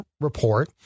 report